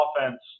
offense